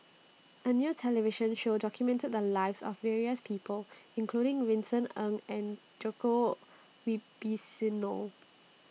A New television Show documented The Lives of various People including Vincent Ng and Djoko Wibisono